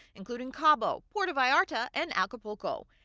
including cabo, puerto vallerta, and acapulco.